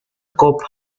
copa